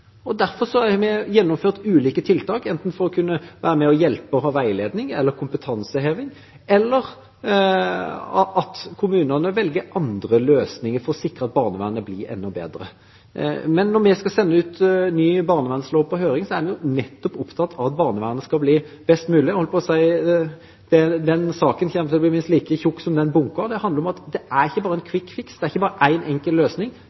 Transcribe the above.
og derfor har vi gjennomført ulike tiltak, enten for å kunne være med og hjelpe, ha veiledning eller kompetanseheving, eller at kommunene velger andre løsninger for å sikre at barnevernet blir enda bedre. Når vi skal sende ny barnevernslov ut på høring, er vi opptatt av at barnevernet nettopp skal bli best mulig. Den saken kommer til å bli minst like tjukk som den rapportbunken representanten har med seg. Det handler om at det ikke bare er en kvikkfiks, det er ikke bare én enkelt løsning.